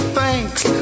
thanks